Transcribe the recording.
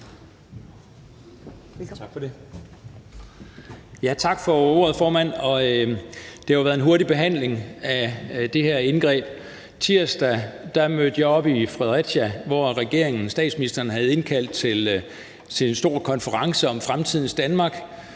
Tak for ordet, formand. Det har jo været en hurtig behandling af det her indgreb. Tirsdag mødte jeg op i Fredericia, hvor regeringen, statsministeren, havde indkaldt til en stor konference om fremtidens Danmark.